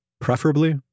preferably